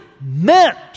meant